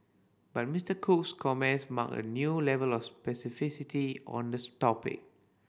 but Mister Cook's comments marked a new level of specificity on the topic